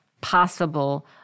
possible